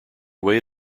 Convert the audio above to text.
way